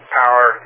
power